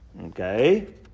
Okay